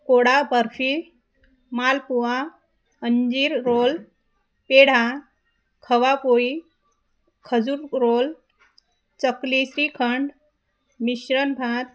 कोडा बर्फी मालपुहा अंजीर रोल पेढा खवापोळी खजूर रोल चकली श्रीखंड मिश्रभात